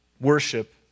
worship